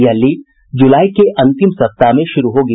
यह लीग जुलाई के अंतिम सप्ताह में शुरू होगी